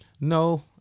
No